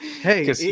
Hey